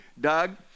Doug